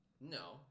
No